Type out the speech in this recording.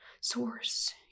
source